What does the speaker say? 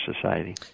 society